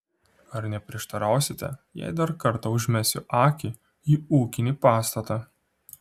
ar neprieštarausite jei dar kartą užmesiu akį į ūkinį pastatą